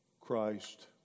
Christ